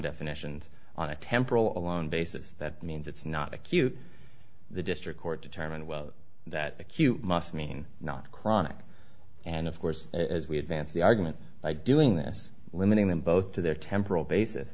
definitions on a temporal alone basis that means it's not acute the district court determined well that acute must mean not chronic and of course as we advance the argument by doing this limiting them both to their temporal basis